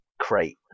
crate